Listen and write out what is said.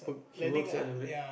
he works at the